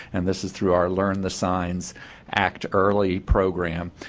and this is through our learn the signs act early program.